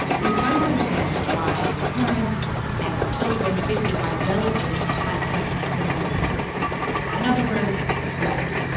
he was trying to understand why parents and their children basically why relatives had such similar traits in other words, heredity.